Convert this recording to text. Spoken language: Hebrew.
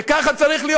וככה צריך להיות.